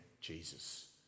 Jesus